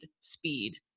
speed